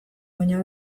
baina